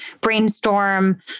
brainstorm